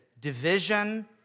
division